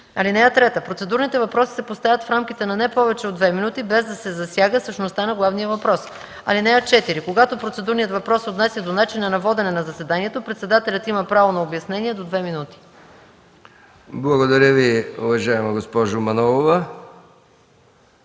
(3) Процедурните въпроси се поставят в рамките на не повече от 2 минути, без да се засяга същността на главния въпрос. (4) Когато процедурният въпрос се отнася до начина на водене на заседанието, председателят има право на обяснение до 2 минути.” ПРЕДСЕДАТЕЛ МИХАИЛ МИКОВ: Благодаря Ви, уважаема госпожо Манолова.